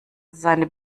seine